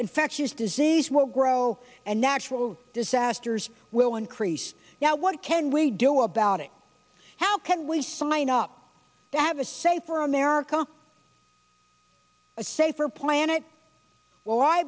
infectious disease will grow and natural disasters will increase now what can we do about it how can we sign up to have a safer america a safer planet well i